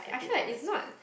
like they don't necessarily